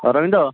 Arvind